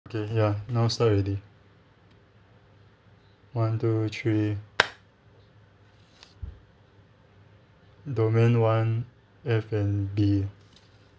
okay ya now start already one two three domain one F&B